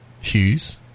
Hughes